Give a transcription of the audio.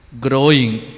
growing